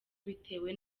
bitewe